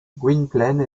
gwynplaine